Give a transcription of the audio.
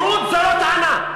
בורות זה לא טענה.